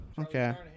Okay